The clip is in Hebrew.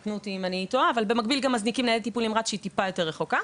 נא לתקן אותי אם אני טועה גם ניידת טיפול נמרץ שהיא טיפה יותר רחוקה.